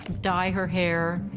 dye her hair,